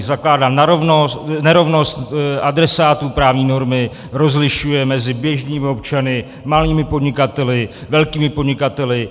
Zakládá na nerovnost adresátů právní normy, rozlišuje mezi běžnými občany, malými podnikateli, velkými podnikateli.